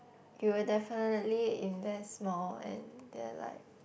you will definitely invest more and they'll like